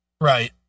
right